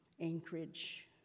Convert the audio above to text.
Anchorage